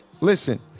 listen